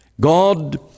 God